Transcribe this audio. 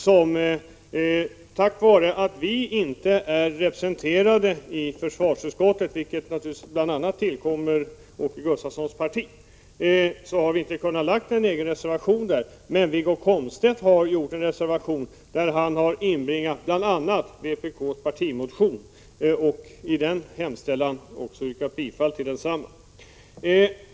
På grund av att vi inte är representerade i försvarsutskottet, vilket bl.a. beror på Åke Gustavssons parti, har vi inte kunnat avge någon | reservation, men Wiggo Komstedt har lämnat en reservation där han bl.a. | har inkluderat yrkandet i vpk:s partimotion och i hemställan också yrkat bifall till den.